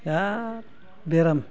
बिराद बेराम